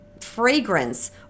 fragrance